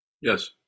Yes